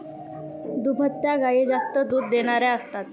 दुभत्या गायी जास्त दूध देणाऱ्या असतात